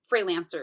freelancers